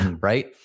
right